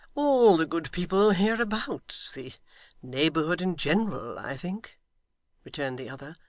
all the good people hereabouts the neighbourhood in general, i think returned the other,